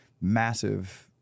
massive—